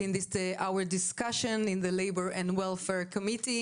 'פלטפורמה' ו'פרילנסר'.